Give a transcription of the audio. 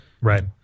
Right